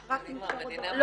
אם אפשר עוד דבר.